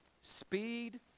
speed